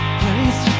place